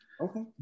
Okay